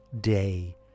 day